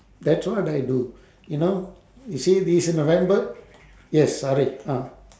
that's what I do you know you see this in november yes sorry ah